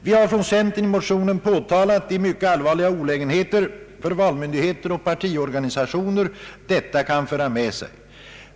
Vi har från centern i en motion påtalat de mycket allvarliga olägenheter för valmyndigheter och partiorganisationer detta kan föra med sig.